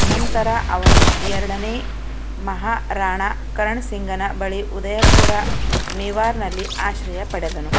ನಂತರ ಅವನು ಎರಡನೆ ಮಹಾರಾಣ ಕರಣ್ ಸಿಂಗನ ಬಳಿ ಉದಯಪುರ ಮೇವಾರದಲ್ಲಿ ಆಶ್ರಯ ಪಡೆದನು